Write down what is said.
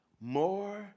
more